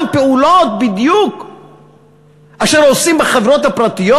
פעולות בדיוק אשר עושים בחברות הפרטיות?